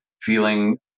feeling